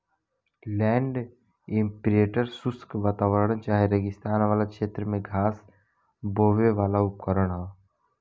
land imprinter शुष्क वातावरण चाहे रेगिस्तान वाला क्षेत्र में घास बोवेवाला उपकरण ह